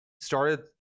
started